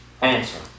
answer